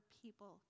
people